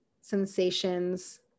sensations